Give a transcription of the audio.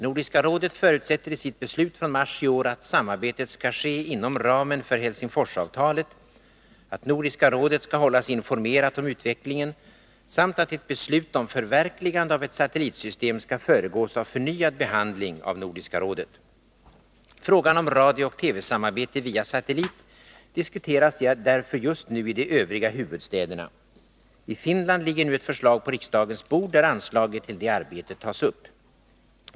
Nordiska rådet förutsätter i sitt beslut från mars i år att samarbete skall ske inom ramen för Helsingforsavtalet, att Nordiska rådet skall hållas informerat om utvecklingen samt att ett beslut om förverkligande av ett satellitsystem skall föregås av förnyad behandling av Nordiska rådet. Frågan om radiooch TV-samarbete via satellit diskuteras därför just nu i de övriga huvudstäderna. I Finland ligger nu ett förslag på riksdagens bord där anslaget till det arbetet tas upp.